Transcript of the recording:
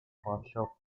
faccia